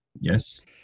Yes